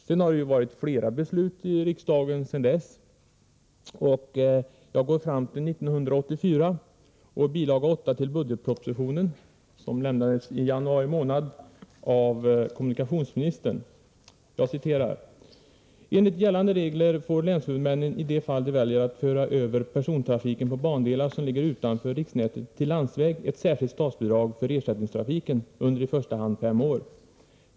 Sedan dess har riksdagen fattat flera beslut i frågan. I bil. 8 till budgetpropositionen, som lämnades av kommunikationsministern i januari månad 1984, heter det: ”Enligt gällande regler får länshuvudmänneni i de fall de väljer att föra över persontrafiken på bandelar som ligger utanför riksnätet till landsväg ett särskilt statsbidrag för ersättningstrafiken under i första hand fem år.